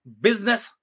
business